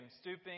stooping